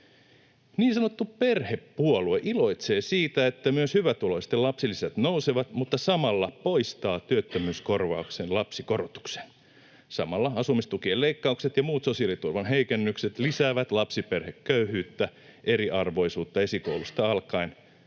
Niin sanottu perhepuolue iloitsee siitä, että myös hyvätuloisten lapsilisät nousevat, mutta samalla poistaa työttömyyskorvauksen lapsikorotuksen. Samalla asumistukien leikkaukset ja muut sosiaaliturvan heikennykset lisäävät lapsiperheköyhyyttä, eriarvoisuutta esikoulusta alkaen